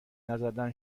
نزدن